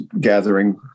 gathering